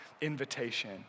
invitation